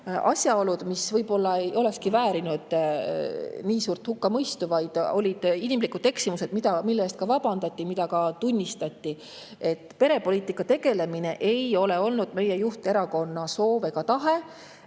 asjaolud, mis võib-olla ei olekski väärinud nii suurt hukkamõistu, vaid olid inimlikud eksimused, mille eest ka vabandati ja mida tunnistati. Perepoliitikaga tegelemine ei ole olnud meie juhterakonna soov ja tahe.